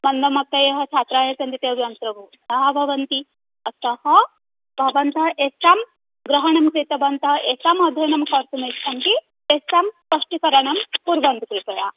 मन्दमतयः छात्राः ये सन्ति ते अपि अन्तर्भूताः भवन्ति अतः भवन्तः एकं ग्रहणं कृतवन्तः एकम् अध्ययनं कर्तुम् इच्छन्ति एकं स्पष्टीकरणं कुर्वन्तु कृपया